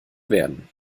werden